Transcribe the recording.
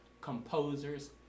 composers